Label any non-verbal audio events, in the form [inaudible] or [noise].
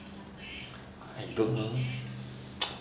I don't think [noise]